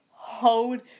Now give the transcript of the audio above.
Hold